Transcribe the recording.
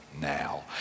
now